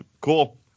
cool